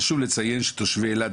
חשוב לציין שתושבי אילת,